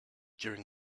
during